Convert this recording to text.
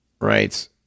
right